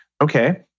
Okay